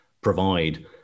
provide